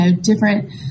different